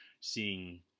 seeing